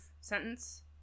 sentence